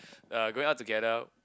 uh going out together